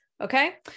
Okay